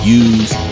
use